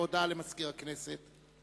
הודעה למזכיר הכנסת.